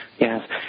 yes